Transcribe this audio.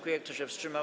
Kto się wstrzymał?